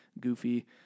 goofy